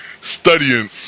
studying